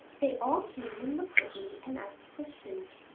they all came and looked at me and asked questions.